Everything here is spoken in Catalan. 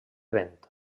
vent